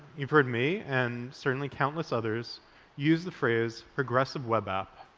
you've heard me and certainly countless others use the phrase, progressive web app,